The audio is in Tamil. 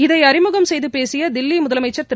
இதை அறிமுகம் செய்து பேசிய தில்லி முதலமைச்சர் திரு